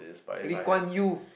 Lee Kuan Yew